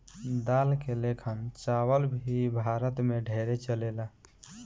दाल के लेखन चावल भी भारत मे ढेरे चलेला